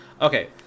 Okay